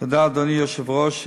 תודה, אדוני היושב-ראש.